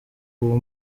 uwo